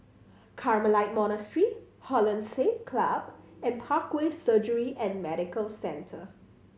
Carmelite Monastery Hollandse Club and Parkway Surgery and Medical Centre